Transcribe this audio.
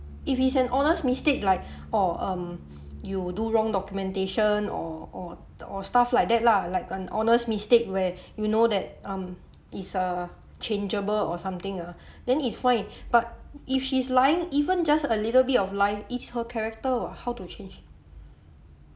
if it's an honest mistake like orh um you do wrong documentation or or or stuff like that lah like an honest mistake where you know that um is err changeable or something ah then it's fine but if she's lying even just a little bit of lie it's her character [what] how to change